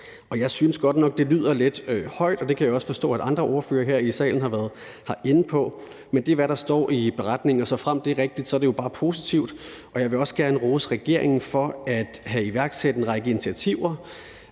jeg synes godt nok, det lyder lidt højt, og det kan jeg også forstå andre ordførere her i salen har været inde på. Men det er, hvad der står i redegørelsen, og såfremt det er rigtigt, er det jo bare positivt, og jeg vil også gerne rose regeringen for at have iværksat en række initiativer